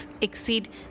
exceed